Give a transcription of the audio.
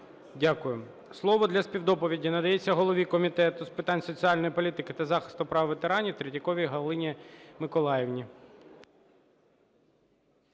Дякую. Слово для співдоповіді надається голові Комітету з питань соціальної політики та захисту прав ветеранів Третьяковій Галині Миколаївні.